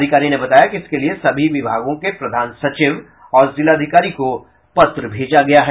अधिकारी ने बताया कि इसके लिये सभी विभागों के प्रधान सचिव और जिलाधिकारी को पत्र भेजा गया है